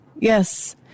Yes